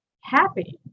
happy